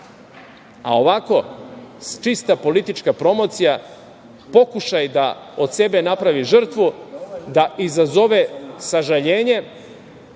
a ovako, čista politička promocija, pokušaj da od sebe napravi žrtvu, da izazove sažaljenje,